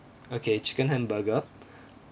okay chicken hamburger